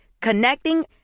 Connecting